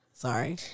Sorry